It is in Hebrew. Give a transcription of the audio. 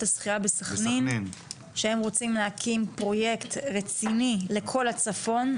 השחיה בסכנין שהם רוצים להקים פרוייקט רציני לכל הצפון,